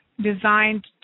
designed